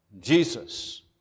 Jesus